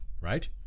right